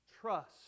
Trust